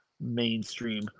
mainstream